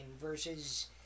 versus